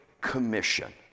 Commission